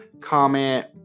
comment